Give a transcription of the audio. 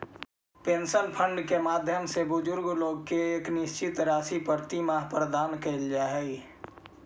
pension fund के माध्यम से बुजुर्ग लोग के एक निश्चित राशि प्रतिमाह प्रदान कैल जा हई